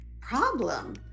problem